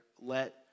let